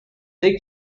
take